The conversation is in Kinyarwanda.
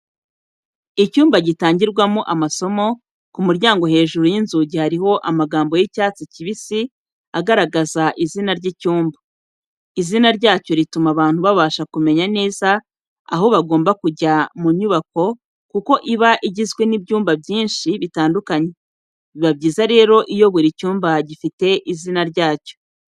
Icyumba gitangirwamo amasomo, ku muryango hejuru y’inzugi hariho amagambo y'icyatsi kibisi agaragaza izina ry'icyumba. Izina ryacyo rituma abantu babasha kumenya neza aho bagomba kujya mu nyubako kuko iba igizwe n’ibyumba byinshi bitandukanye. Biba byiza rero iyo buri cyumba gifite izina ryacyo.